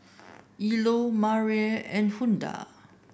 Eola and Huldah